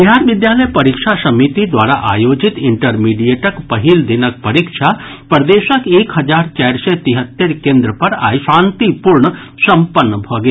बिहार विद्यालय परीक्षा समिति द्वारा आयोजित इंटरमीडिएटक पहिल दिनक परीक्षा प्रदेशक एक हजार चारि सय तिहत्तरि केन्द्र पर आइ शांतिपूर्ण सम्पन्न भऽ गेल